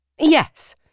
Yes